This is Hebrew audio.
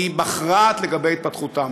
היא מכרעת לגבי התפתחותם.